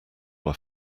were